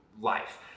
life